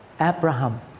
Abraham